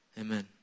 Amen